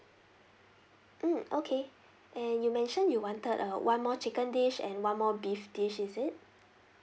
mm okay and you mention you wanted a one more chicken dish and one more beef dish is it